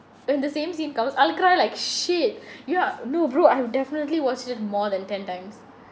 when the same scene come out I'll cry like shit ya no bro I have definitely watched it more than ten times